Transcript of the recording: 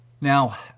Now